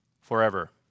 forever